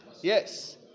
Yes